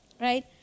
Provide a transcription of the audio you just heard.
Right